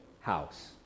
house